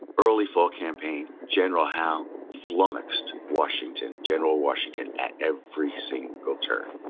early fall campaign, general howe flummoxed washington, general washington at every single turn.